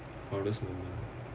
honestly